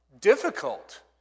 difficult